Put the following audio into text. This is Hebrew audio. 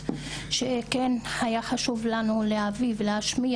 וטוענים שהם התחילו להפעיל